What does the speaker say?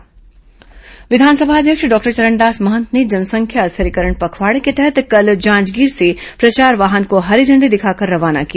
जनसंख्या स्थिरीकरण पखवाड़ा विधानसभा अध्यक्ष डॉक्टर चरणदास महंत ने जनसंख्या स्थिरीकरण पखवाड़े के तहत कल जांजगीर से प्रचार वाहन को हरी झण्डी दिखाकर रवाना किया